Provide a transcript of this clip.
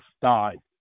died